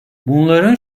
bunların